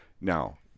Now